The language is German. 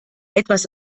etwas